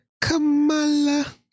Kamala